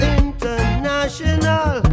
international